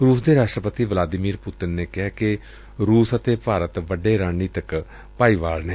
ਰੁਸ ਦੇ ਰਾਸ਼ਟਰਪਤੀ ਵਲਾਦੀਮੀਰ ਪੁਤਿਨ ਨੇ ਕਿਹੈ ਕਿ ਰੁਸ ਅਤੇ ਭਾਰਤ ਵੱਡੇ ਰਣਨੀਤਕ ਭਾਈਵਾਲ ਨੇ